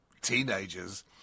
teenagers